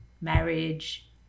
marriage